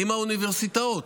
עם האוניברסיטאות,